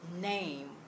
name